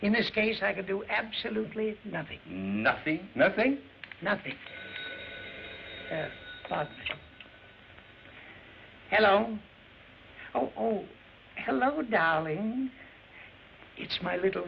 in this case i could do absolutely nothing nothing nothing nothing about hello oh hello dolly it's my little